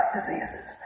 diseases